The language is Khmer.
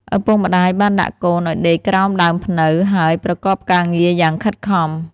ឪពុកម្តាយបានដាក់កូនឱ្យដេកក្រោមដើមព្នៅ ហើយប្រកបការងារយ៉ាងខិតខំ។